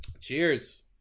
cheers